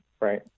right